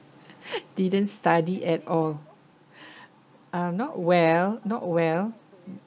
didn't study at all um not well not well